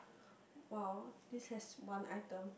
!wow! this has one item